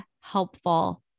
helpful